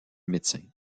médecin